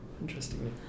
interestingly